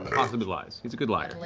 possibly lies. he's a good liar,